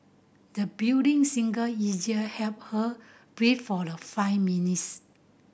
the building singer easier help her breath for the five minutes